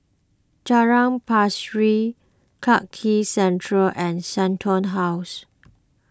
Jalan Central and Shenton House